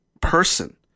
person